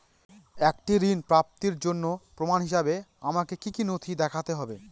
একটি ঋণ প্রাপ্তির জন্য প্রমাণ হিসাবে আমাকে কী কী নথি দেখাতে হবে?